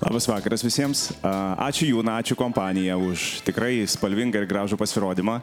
labas vakaras visiems ačiū juna ačiū kompanija už tikrai spalvingą ir gražų pasirodymą